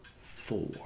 four